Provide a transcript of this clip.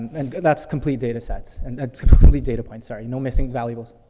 and that's complete data sets. an that's complete data points, sorry. no missing valuables.